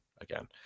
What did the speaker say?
again